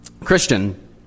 Christian